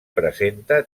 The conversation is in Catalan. presenta